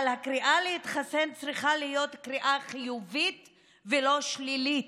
אבל הקריאה להתחסן צריכה להיות קריאה חיובית ולא שלילית,